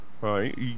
right